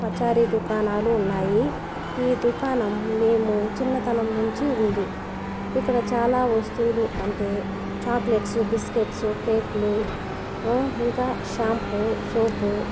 పచారీ దుకాణాలు ఉన్నాయి ఈ దుకాణం మేము చిన్నతనం నుంచి ఉంది ఇక్కడ చాలా వస్తువులు అంటే చాక్లెట్సు బిస్కెట్సు కేకులు ఇంకా షాంపు సోపు